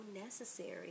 necessary